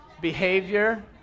behavior